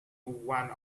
want